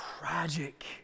tragic